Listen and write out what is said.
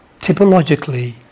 typologically